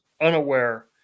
unaware